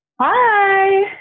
hi